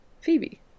Phoebe